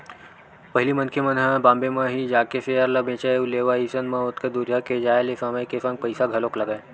पहिली मनखे मन ह बॉम्बे म ही जाके सेयर ल बेंचय अउ लेवय अइसन म ओतका दूरिहा के जाय ले समय के संग पइसा घलोक लगय